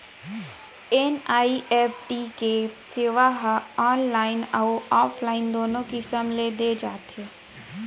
NEFT के सेवा ह ऑनलाइन अउ ऑफलाइन दूनो किसम ले दे जाथे